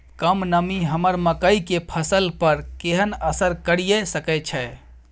कम नमी हमर मकई के फसल पर केहन असर करिये सकै छै?